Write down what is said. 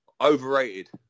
overrated